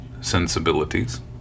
sensibilities